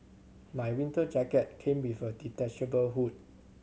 my winter jacket came with a detachable hood